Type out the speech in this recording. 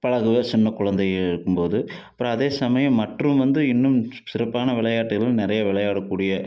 அப்புறம் அதுவா சின்ன குழந்தைங்க இருக்கும்போது அப்புறம் அதே சமயம் மற்றும் வந்து இன்னும் சிறப்பான விளையாட்டு எதுவும் நிறைய விளையாடக்கூடிய